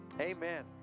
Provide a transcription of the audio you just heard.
amen